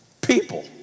People